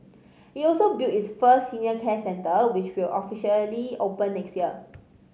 it also built its first senior care centre which will officially open next year